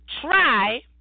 try